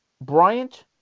Bryant